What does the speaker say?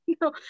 no